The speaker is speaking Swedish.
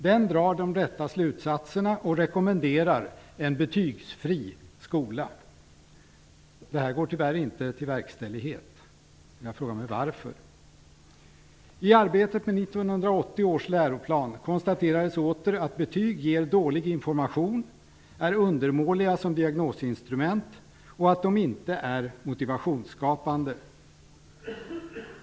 Den drar de rätta slutsatserna och rekommenderar en betygsfri skola. Detta verkställdes tyvärr ej. Jag frågar mig: varför? I arbetet med 1980 års läroplan konstaterades det åter att betyg ger dålig information, att de är undermåliga som diagnosinstrument och att de inte är motivationsskapande.